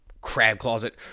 crab-closet